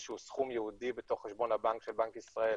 שהוא סכום ייעודי בתוך חשבון הבנק של בנק ישראל.